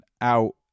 out